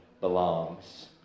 belongs